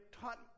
taught